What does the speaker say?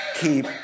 keep